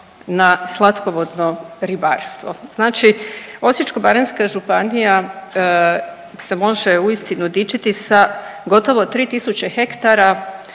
na slatkovodno ribarstvo. Znači Osječko-baranjska županija se može uistinu dičiti sa gotovo 3.000 hektara